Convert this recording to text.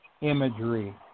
imagery